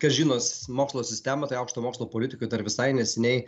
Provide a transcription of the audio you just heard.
kas žino mokslo sistemą tai aukšto mokslo politikoj dar visai neseniai